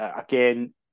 again